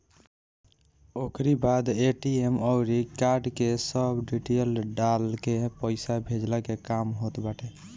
ओकरी बाद ए.टी.एम अउरी कार्ड के सब डिटेल्स डालके पईसा भेजला के काम होत बाटे